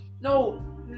no